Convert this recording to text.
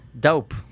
Dope